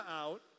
out